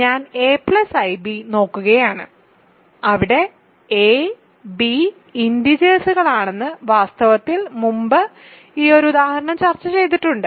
ഞാൻ aib നോക്കുകയാണ് അവിടെ a b ഇന്റിജേഴ്സ്കളാണ് വാസ്തവത്തിൽ മുമ്പ് ഈ ഉദാഹരണം ചർച്ച ചെയ്തിട്ടുണ്ട്